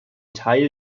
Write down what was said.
teil